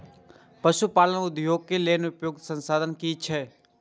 पशु पालन उद्योग के लेल उपयुक्त संसाधन की छै?